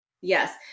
Yes